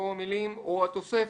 יבואו המילים "או התוספת".